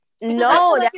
No